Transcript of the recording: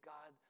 God